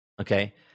okay